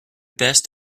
best